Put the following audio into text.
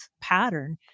pattern